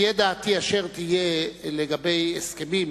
תהיה דעתי אשר תהיה לגבי הסכמים